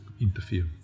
interfere